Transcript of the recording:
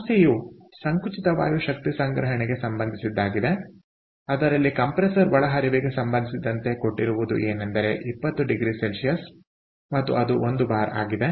ಸಮಸ್ಯೆಯು ಸಂಕುಚಿತ ವಾಯು ಶಕ್ತಿ ಸಂಗ್ರಹಣೆಗೆ ಸಂಬಂಧಿಸಿದ್ದಾಗಿದೆ ಅದರಲ್ಲಿ ಕಂಪ್ರೆಸರ್ ಒಳಹರಿವಿಗೆ ಸಂಬಂಧಿಸಿದಂತೆ ಕೊಟ್ಟಿರುವುದು ಏನೆಂದರೆ 20oC ಮತ್ತು ಅದು 1 ಬಾರ್ ಆಗಿದೆ